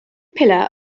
pillar